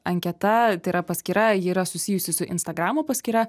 anketa tai yra paskyra ji yra susijusi su instagramo paskyra